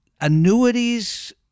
annuities